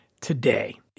today